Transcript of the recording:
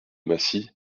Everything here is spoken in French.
massy